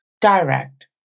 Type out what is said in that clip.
Direct